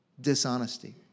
dishonesty